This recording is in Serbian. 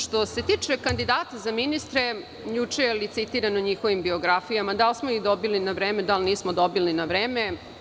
Što se tiče kandidata za ministre, juče je licitirano o njihovim biografijama, da li smo ih dobili na vreme, da li nismo dobili na vreme.